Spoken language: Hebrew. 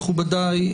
מכובדיי,